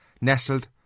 Nestled